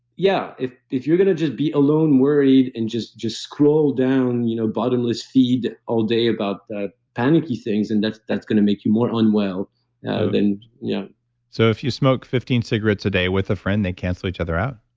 yeah, if if you're going to just be alone worried and just just scroll down a you know bottomless feed all day about the panicky things, and that's that's going to make you more unwell and yeah so, if you smoke fifteen cigarettes a day with a friend, they cancel each other out?